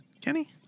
Kenny